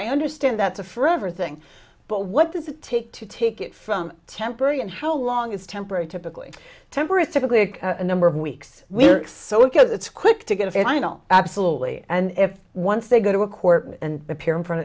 i understand that's a forever thing but what does it take to take it from temporary and how long is temporary typically temperate typically a number of weeks we're some go that's quick to get a final absolutely and if once they go to a court and appear in front